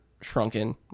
shrunken